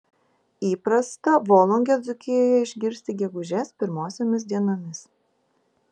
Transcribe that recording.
įprasta volungę dzūkijoje išgirsti gegužės pirmosiomis dienomis